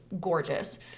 gorgeous